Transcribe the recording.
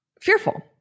fearful